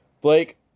Blake